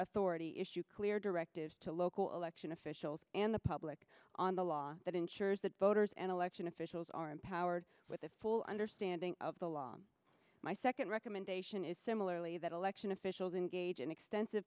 authority issue clear directives to local election officials and the public on the law that ensures that voters and election officials are empowered with the full understanding of the law my second recommendation is similarly that election officials and gauge an extensive